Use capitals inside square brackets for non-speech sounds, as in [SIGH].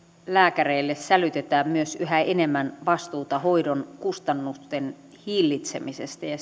lääkäreille sälytetään myös yhä enemmän vastuuta hoidon kustannusten hillitsemisestä ja [UNINTELLIGIBLE]